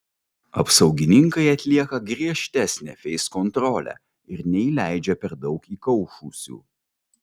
apsaugininkai atlieka griežtesnę feiskontrolę ir neįleidžia per daug įkaušusių